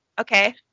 Okay